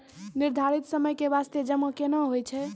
निर्धारित समय के बास्ते जमा केना होय छै?